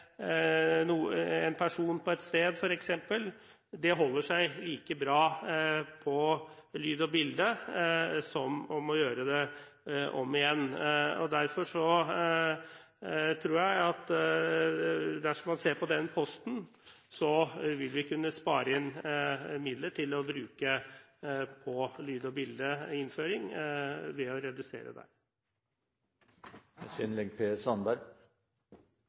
en person på et sted, holder seg like bra på lyd og bilde som ved å gjøre det om igjen. Derfor tror jeg at ved å redusere den posten, vil vi kunne spare inn midler til å bruke på innføring av lyd og bilde.